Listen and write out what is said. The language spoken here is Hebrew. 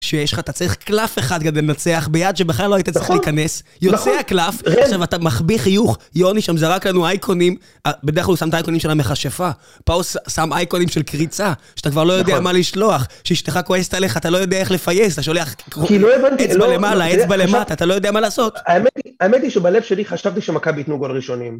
שיש לך, אתה צריך קלף אחד כדי לנצח, ביד שבכלל לא היית צריך להיכנס, יוצא הקלף, ועכשיו אתה מחביא חיוך, יוני שם זרק לנו אייקונים, בדרך כלל הוא שם את האייקונים של המכשפה, פה הוא שם אייקונים של קריצה, שאתה כבר לא יודע מה לשלוח, שאשתך כועסת עליך, אתה לא יודע איך לפייס, אתה שולח... כי לא הבנתי, לא... אצבע למעלה, אצבע למטה, אתה לא יודע מה לעשות. האמת היא, האמת היא שבלב שלי חשבתי שמכבי יתנו גול ראשונים.